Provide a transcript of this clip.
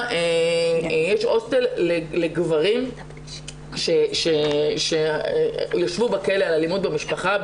שיש הוסטל לגברים שישבו בכלא על אלימות במשפחה,